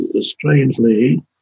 strangely